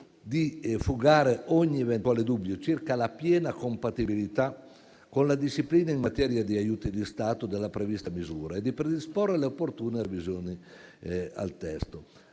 di fugare ogni eventuale dubbio circa la piena compatibilità con la disciplina in materia di aiuti di Stato della prevista misura e di predisporre le opportune revisioni al testo.